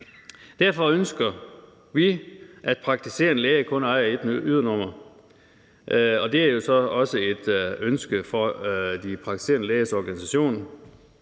Derfor ønsker vi, at praktiserende læger kun ejer ét ydernummer, og det er jo så også et ønske fra de praktiserende lægers organisation.